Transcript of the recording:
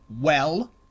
Well